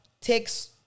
takes